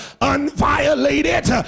unviolated